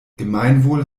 gemeinwohl